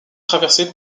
traversée